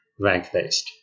rank-based